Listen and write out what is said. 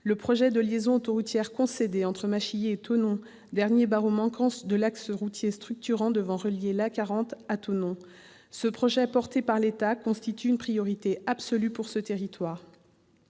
le projet de liaison autoroutière concédée entre Machilly et Thonon-les-Bains, dernier barreau manquant de l'axe routier structurant devant relier l'A 40 à Thonon. Ce projet, porté par l'État, constitue une priorité absolue pour ce territoire.